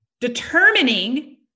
determining